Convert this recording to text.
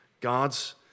God's